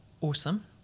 awesome